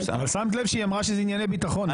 שמת לב שהיא אמרה שאלה ענייני ביטחון?